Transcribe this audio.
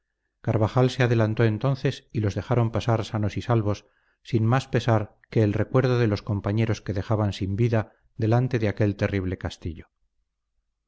carvajal se adelantó entonces y los dejaron pasar sanos y salvos sin más pesar que el recuerdo de los compañeros que dejaban sin vida delante de aquel terrible castillo